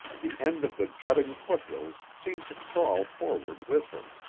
the end of the jutting foothills seemed to crawl forward with her.